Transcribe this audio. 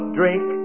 drink